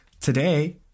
Today